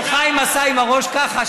שחיים עשה עם הראש ככה,